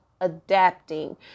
adapting